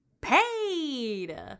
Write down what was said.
paid